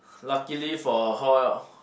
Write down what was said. luckily for hall